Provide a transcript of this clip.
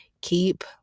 keep